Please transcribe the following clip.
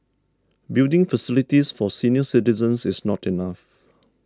building facilities for senior citizens is not enough